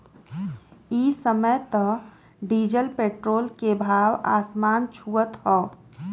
इ समय त डीजल पेट्रोल के भाव आसमान छुअत हौ